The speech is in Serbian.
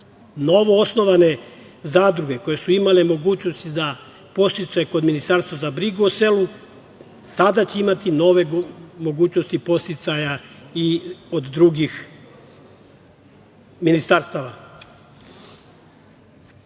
podsticaja. Novoosnovane zadruge koje su imale mogućnosti za podsticaje kod Ministarstva za brigu o selu, sada će imati nove mogućnosti podsticaja i od drugih ministarstava. Dalje,